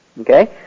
Okay